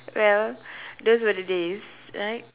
well those were the days right